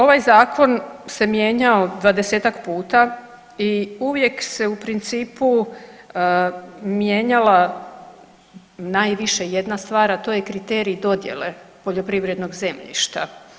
Ovaj zakon se mijenjao 20-tak puta i uvijek se u principu mijenjala najviše jedna stvar, a to je kriterij dodjele poljoprivrednog zemljišta.